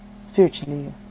spiritually